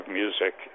music